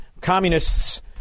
communists